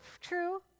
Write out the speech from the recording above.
true